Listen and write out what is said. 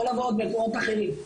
זה יכול לבוא גם ממקומות אחרים.